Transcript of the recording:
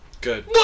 Good